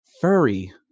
furry